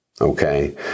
okay